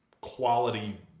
quality